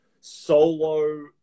solo